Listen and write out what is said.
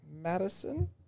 Madison